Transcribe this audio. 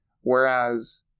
whereas